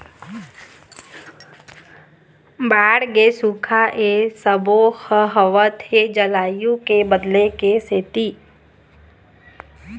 बाड़गे, सुखा ए सबो ह होवत हे जलवायु के बदले के सेती